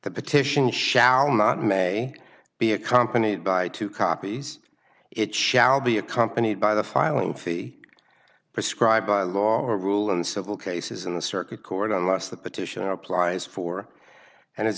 the petition shall not may be accompanied by two copies it shall be accompanied by the filing fee prescribed by law or rule in civil cases in the circuit court unless the petitioner applies for and i